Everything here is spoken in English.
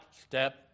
step